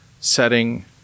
setting